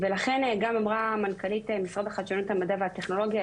ולכן גם אמרה המנכ"לית למשרד חדשנות למדע וטכנולוגיה,